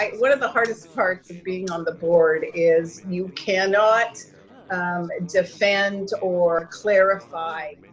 like one of the hardest parts of being on the board is you cannot defend or clarify